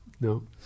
No